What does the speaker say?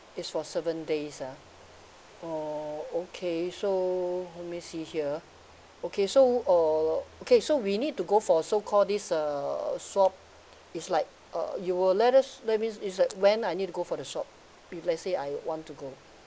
it's for seven days ah oh okay so let me see here okay so uh okay so we need to go for so called this uh swab it's like uh you will let us that means is like when I need to go for the swab if let's say I want to go